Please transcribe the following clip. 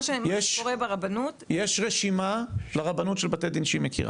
מה שקורה ברבנות --- יש רשימה לרבנות של בתי דין שהיא מכירה.